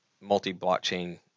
multi-blockchain